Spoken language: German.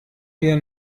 wir